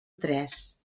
tres